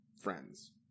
friends